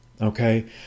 okay